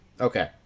Okay